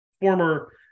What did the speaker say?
former